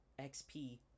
xp